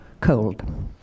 cold